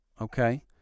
Okay